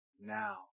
now